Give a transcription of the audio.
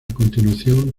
continuación